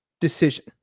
decision